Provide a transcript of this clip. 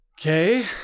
Okay